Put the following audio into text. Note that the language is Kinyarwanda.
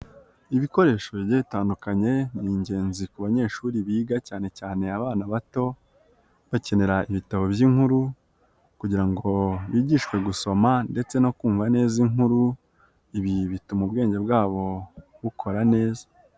Ibikoresho bigiye bitandukanye ni ingenzi ku banyeshuri biga cyane cyane abana bato, bakenera ibitabo by'inkuru kugira ngo ngo bigishwe gusoma ndetse no kumva neza inkuru, ibi bituma ubwenge bwabo bukora neza.